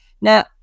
now